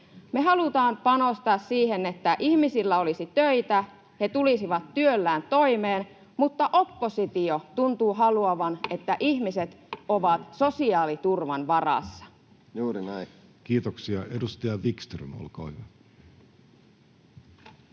Me halutaan panostaa siihen, että ihmisillä olisi töitä ja he tulisivat työllään toimeen, mutta oppositio tuntuu haluavan, että ihmiset ovat sosiaaliturvan varassa. [Speech 17] Speaker: Jussi